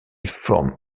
forme